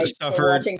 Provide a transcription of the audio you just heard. suffered